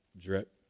drip